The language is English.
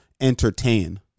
entertain